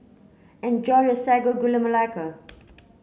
enjoy your Sago Gula Melaka